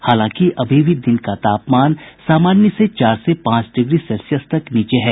हालांकि अभी भी दिन का तापमान सामान्य से चार से पांच डिग्री सेल्सियस तक नीचे है